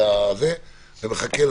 ומחכה,